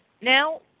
now